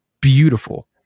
beautiful